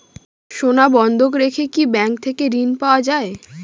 সোনা বন্ধক রেখে কি ব্যাংক থেকে ঋণ পাওয়া য়ায়?